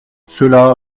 cela